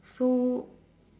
so